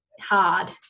hard